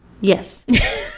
Yes